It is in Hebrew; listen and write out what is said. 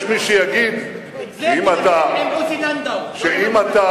יש מי שיגיד, את זה, עם עוזי לנדאו, שאם אתה